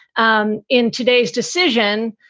um in today's decision,